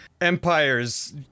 empires